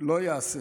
לא ייעשה.